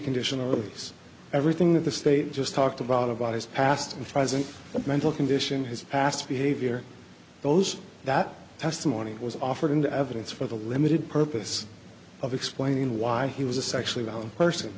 conditional release everything that the state just talked about about his past and present mental condition his past behavior those that testimony was offered in the evidence for the limited purpose of explaining why he was a sexually violent person